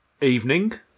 evening